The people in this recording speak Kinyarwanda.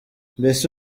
mbese